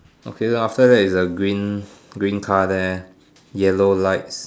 okay then after that is the green green car there yellow lights